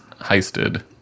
heisted